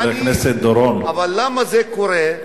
למה זה קורה?